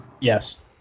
yes